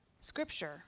Scripture